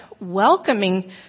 welcoming